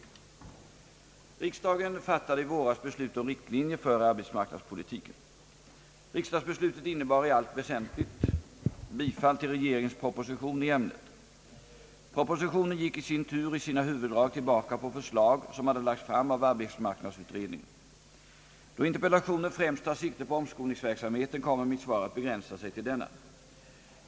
Riksdagen fattade i våras beslut om riktlinjer för arbetsmarknadspolitiken. Riksdagsbeslutet innebar i allt väsentligt bifall till regeringens proposition i ämnet. Propositionen gick i sin tur i sina huvuddrag tillbaka på förslag som hade lagts fram av arbetsmarknadsutredningen. Då interpellationen främst tar sikte på omskolningsverksamheten kommer mitt svar att begränsa sig till denna.